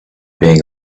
being